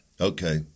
Okay